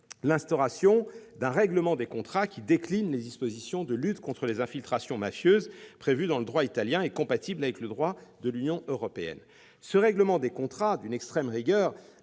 l'instauration d'un règlement des contrats qui décline les dispositions de lutte contre les infiltrations mafieuses, prévues dans le droit italien et compatibles avec le droit de l'Union européenne. Ce règlement des contrats, d'une extrême rigueur,